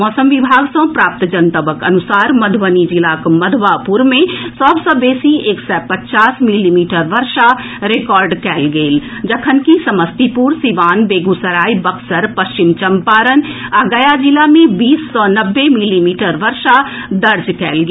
मौसम विभाग सँ प्राप्त जनतबक अनुसार मधुबनी जिलाक मधवापुर मे सभ सँ बेसी एक सय पचास मिलीमीटर वर्षा रिकॉर्ड कयल गेल जखनकि समस्तीपुर सीवान बेगूसराय बक्सर पश्चिम चम्पारण आ गया जिला मे बीस सँ नब्बे मिलीमीटर वर्षा दर्ज कयल गेल